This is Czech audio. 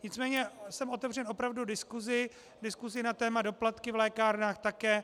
Nicméně jsem otevřen opravdu diskusi, diskusi na téma doplatky v lékárnách také.